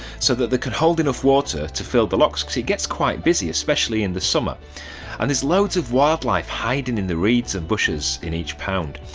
so that they can hold enough water to fill the lock because it gets quite busy, especially in the summer and there's loads of wildlife hiding in the reeds and bushes in each pound.